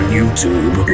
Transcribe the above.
youtube